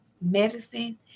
medicine